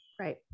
right